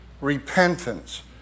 repentance